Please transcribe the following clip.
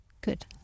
Good